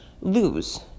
Lose